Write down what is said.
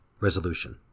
Resolution